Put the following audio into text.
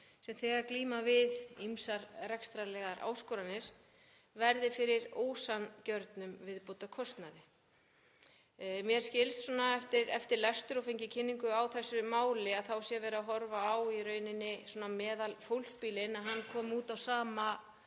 sem þegar glíma við ýmsar rekstrarlegar áskoranir, verði fyrir ósanngjörnum viðbótarkostnaði. Mér skilst eftir lestur og að hafa fengið kynningu á þessu máli að þá sé verið að horfa á að meðalfólksbíllinn komi út á sama